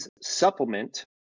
supplement